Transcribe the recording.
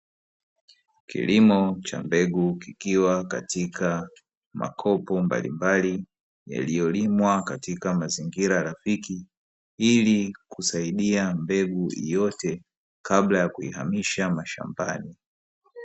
Kilimo cha mbegu kikiwa katika makopo mbalimbali yaliyolimwa katika mazingira rafiki, ili kusaidia mbegu yote kabla ya kuihamisha mashambani.